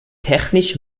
technisch